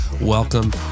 welcome